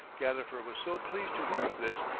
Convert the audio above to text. gadifer was so pleased to hear of this,